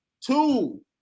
two